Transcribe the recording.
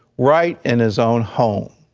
right in his own home.